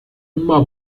uma